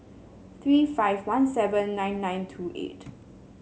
three five one seven nine nine two eight